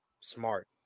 smart